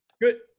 good